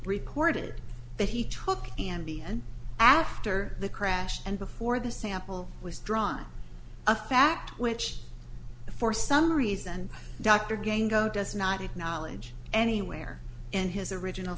reported that he took ambien after the crash and before the sample was drawn a fact which for some reason doctor again go does not acknowledge anywhere in his original